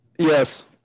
Yes